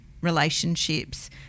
relationships